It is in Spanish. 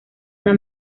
una